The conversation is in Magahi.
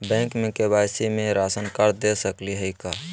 बैंक में के.वाई.सी में राशन कार्ड दे सकली हई का?